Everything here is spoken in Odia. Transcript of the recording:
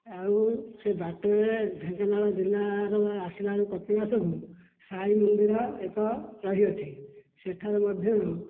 ଆଉ ସେ ବାଟରେ ଢ଼େଙ୍କାନାଳ ଜିଲ୍ଲାରୁ ଆସିଲାବେଳୁ କପିଳାସକୁ ସାଇ ମନ୍ଦିର ଏକ ରହିଅଛି ସେଠାରେ ମଧ୍ୟ